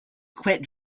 quit